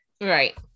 Right